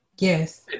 Yes